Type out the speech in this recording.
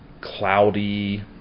cloudy